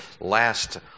last